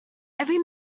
every